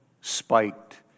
spiked